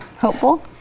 hopeful